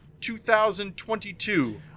2022